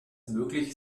möglich